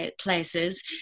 places